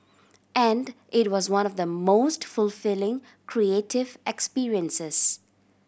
and it was one of the most fulfilling creative experiences